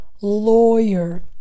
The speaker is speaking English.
Lawyer